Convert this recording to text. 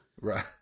Right